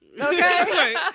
Okay